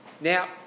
Now